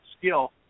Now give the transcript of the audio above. skill